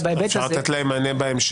שיהיה ברור על מה אנו מדברים.